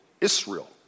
Israel